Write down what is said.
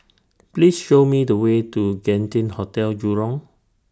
Please Show Me The Way to Genting Hotel Jurong